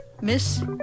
Miss